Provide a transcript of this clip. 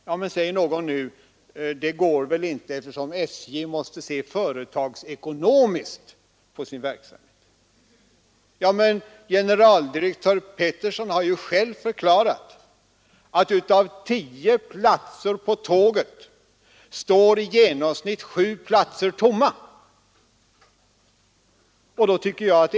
Då invänder någon: Det går väl inte, eftersom SJ måste se företagsekonomiskt på sin verksamhet? Men generaldirektör Peterson har ju själv förklarat att av tio platser på tåget står i genomsnitt sju tomma.